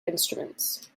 instruments